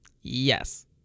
yes